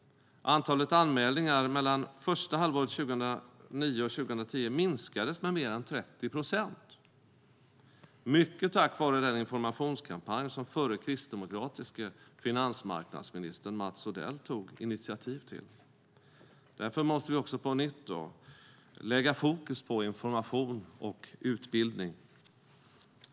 Antalet anmälningar mellan första halvåret 2009 och 2010 minskade med mer än 30 procent, mycket tack vare den informationskampanj som förre kristdemokratiske finansmarknadsministern Mats Odell tog initiativ till. Därför måste vi på nytt lägga fokus på information och utbildning.